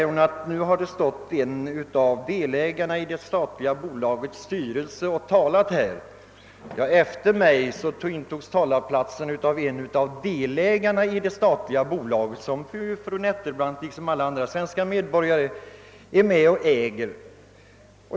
Fru Nettelbrandt sade att en av ledamöterna i det statliga tobaksbolagets styrelse stått här och talat, men efter mig intogs talarstolen av en av delägarna i detta statliga bolag, eftersom fru Nettelbrandt liksom alla andra svenska medborgare ju äger företaget.